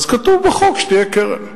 אז כתוב בחוק שתהיה קרן.